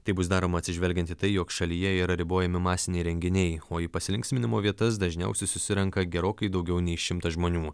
tai bus daroma atsižvelgiant į tai jog šalyje yra ribojami masiniai renginiai o į pasilinksminimo vietas dažniausiai susirenka gerokai daugiau nei šimtas žmonių